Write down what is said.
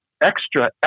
extra